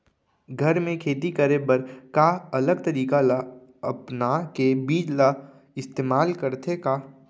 घर मे खेती करे बर का अलग तरीका ला अपना के बीज ला इस्तेमाल करथें का?